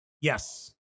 Yes